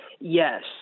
Yes